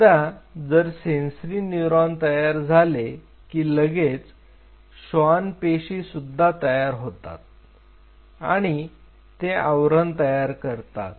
एकदा जर sensory neuron तयार झाले की लगेच श्वान पेशी सुद्धा तयार होतात आणि ते आवरण तयार करतात